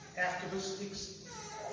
activists